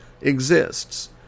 exists